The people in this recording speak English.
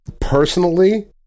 Personally